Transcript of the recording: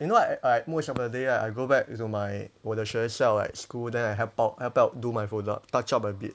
you know I I most of the day right I go back to my 我的学校 right school then I help out help out do my product touch up a bit